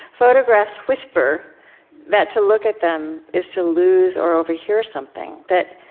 photographs whisper that to look at them is to lose or overhear something, that